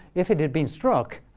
if it had been struck,